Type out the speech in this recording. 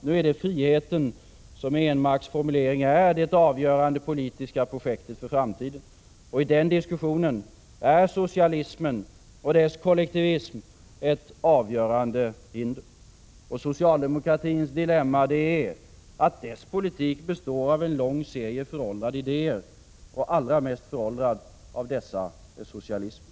Nu är det friheten som i Ehnmarks formuleringar är det avgörande politiska projektet för framtiden, och i den diskussionen är socialismen och dess kollektivism ett avgörande hinder. Socialdemokraternas dilemma är att dess politik består av en lång serie föråldrade idéer, och allra mest föråldrad av dessa är socialismen.